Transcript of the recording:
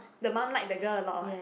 the mum like the girl a lot what